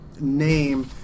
name